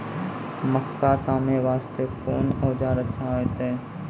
मक्का तामे वास्ते कोंन औजार अच्छा होइतै?